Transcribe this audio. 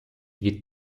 дві